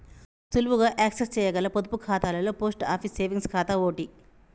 సులువుగా యాక్సెస్ చేయగల పొదుపు ఖాతాలలో పోస్ట్ ఆఫీస్ సేవింగ్స్ ఖాతా ఓటి